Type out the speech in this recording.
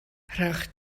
rhowch